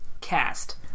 cast